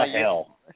hell